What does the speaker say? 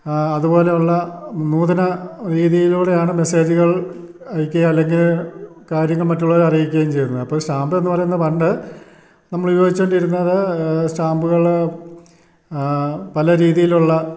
അതുപോലെ ഉള്ള നൂതന രീതിയിലൂടെയാണ് മെസ്സേജുകൾ അയക്കുക അല്ലെങ്കിൽ കാര്യങ്ങൾ മറ്റുള്ളവരെ അറിയിക്കുകയും ചെയ്യുന്നത് അപ്പം സ്റ്റാമ്പെന്ന് പറയുന്നത് പണ്ട് നമ്മൾ ഉപയോഗിച്ചോണ്ടിരുന്നത് സ്റ്റാമ്പുകൾ പല രീതിയിൽ ഉള്ള